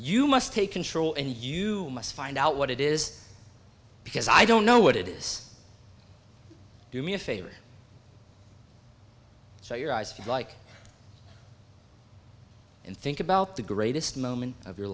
you must take control and you must find out what it is because i don't know what it is do me a favor so your eyes feel like and think about the greatest moment of your